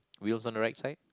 wheels on the right side